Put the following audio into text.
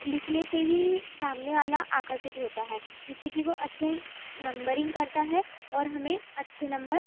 लिखने से ही सामने वाला आकर्षित होता है जिससे कि वो अच्छे नम्बरिंग करता है और हमें अच्छे नंबर